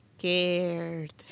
scared